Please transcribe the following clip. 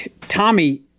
Tommy